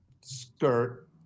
skirt